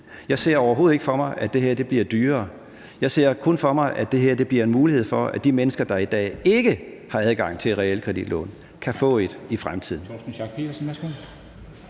Jeg ser overhovedet ikke for mig, at det her bliver dyrere, jeg ser kun for mig, at det her bliver en mulighed for, at de mennesker, der i dag ikke har adgang til et realkreditlån, kan få et i fremtiden.